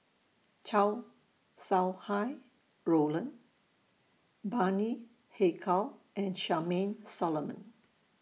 Chow Sau Hai Roland Bani Haykal and Charmaine Solomon